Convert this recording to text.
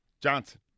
Johnson